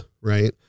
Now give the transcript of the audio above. right